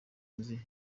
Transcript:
mugezi